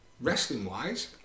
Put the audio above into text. Wrestling-wise